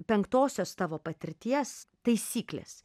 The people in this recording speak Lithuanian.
penktosios tavo patirties taisyklės